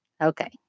okay